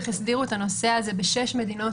איך הסדירו את הנושא הזה בשש מדינות